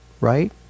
right